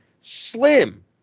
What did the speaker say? slim